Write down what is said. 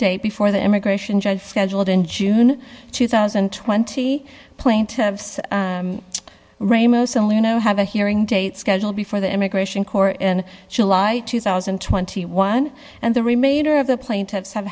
date before the immigration judge scheduled in june two thousand and twenty plaintiffs ramos and lino have a hearing date scheduled before the immigration court and july two thousand and twenty one and the remainder of the plaintiffs have